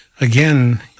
again